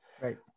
Right